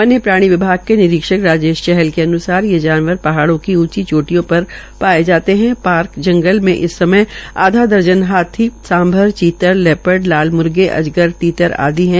वन्य प्राणी विभाग के निदेशक राजेश चाहल के अन्सार ये जानवार पहाड़ो की उंची चोटियो पर पाये जाते है पार्क जंगल में इस समय आधा दर्जन हाथी सांभर चीतललेपर्डलाल मुर्गे अजगर तीतर आदि भी है